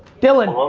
dylan